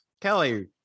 Kelly